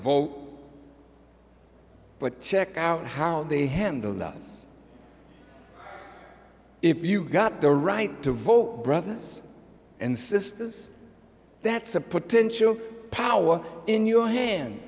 vote but check out how they handled us if you got the right to vote brothers and sisters that's a potential power in your hand